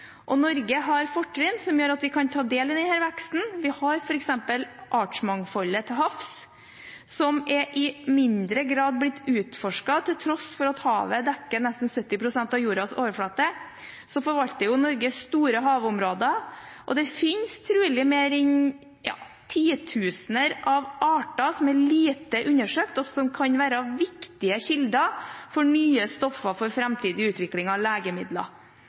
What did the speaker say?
og Norge har fortrinn som gjør at vi kan ta del i denne veksten. Vi har f.eks. artsmangfoldet til havs, som i mindre grad er blitt utforsket, til tross for at havet dekker nesten 70 pst. av jordas overflate. Norge forvalter store havområder, og det finnes trolig titusener av arter som er lite undersøkt, og som kan være viktige kilder til nye stoffer for framtidig utvikling av legemidler.